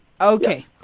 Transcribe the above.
Okay